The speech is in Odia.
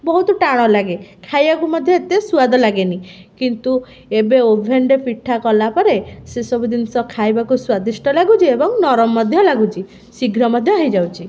ବହୁତ ଟାଣ ଲାଗେ ଖାଇବାକୁ ମଧ୍ୟ ଏତେ ସୁଆଦ ଲାଗେନି କିନ୍ତୁ ଏବେ ଓଭେନରେ ପିଠା କଲାପରେ ସେ ସବୁ ଜିନିଷ ଖାଇବାକୁ ସ୍ୱାଦିଷ୍ଟ ଲାଗୁଛି ଏବଂ ନରମ ମଧ୍ୟ ଲାଗୁଛି ଶୀଘ୍ର ମଧ୍ୟ ହେଇଯାଉଛି